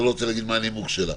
אני לא רוצה להגיד מה הנימוק שלה,